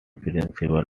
principal